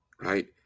right